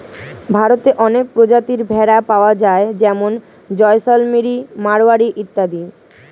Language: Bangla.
ভারতে অনেক প্রজাতির ভেড়া পাওয়া যায় যেমন জয়সলমিরি, মারোয়ারি ইত্যাদি